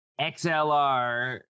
XLR